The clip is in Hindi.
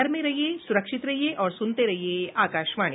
घर में रहिये सुरक्षित रहिये और सुनते रहिये आकाशवाणी